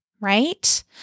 right